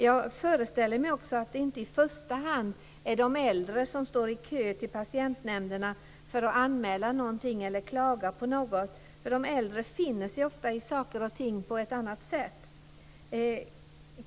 Jag föreställer mig också att det inte i första hand är de äldre som står i kö till patientnämnderna för att anmäla något eller klaga på något. De äldre finner sig ofta i saker och ting på ett annat sätt.